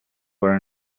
were